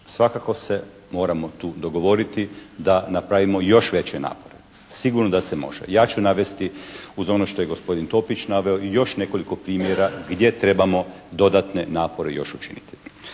Svakako se moramo tu dogovoriti da napravimo još veće napore. Sigurno da se može. Ja ću navesti uz ono što je gospodin Topić naveo i još nekoliko primjera gdje trebamo dodatne napore još učiniti.